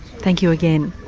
thank you again.